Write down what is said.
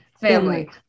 family